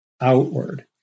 outward